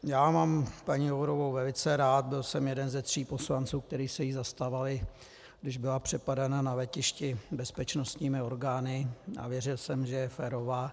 Já mám paní Jourovou velice rád, byl jsem jeden ze tří poslanců, kteří se jí zastávali, když byla přepadena na letišti bezpečnostními orgány, a věřil jsem, že je férová.